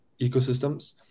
ecosystems